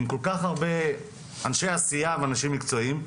עם כל כך הרבה אנשי עשייה ואנשים מקצועיים,